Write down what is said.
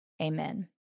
Amen